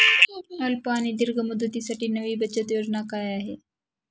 अल्प आणि दीर्घ मुदतीसाठी नवी बचत योजना काय आहे?